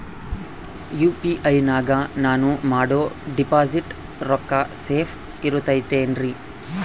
UPI ನಾಗ ನಾನು ಮಾಡೋ ಡಿಪಾಸಿಟ್ ರೊಕ್ಕ ಸೇಫ್ ಇರುತೈತೇನ್ರಿ?